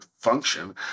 function